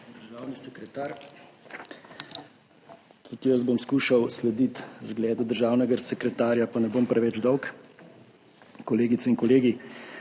državni sekretar, tudi jaz bom skušal slediti zgledu državnega sekretarja, pa ne bom preveč dolg. Kolegice in kolegi!